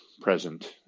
present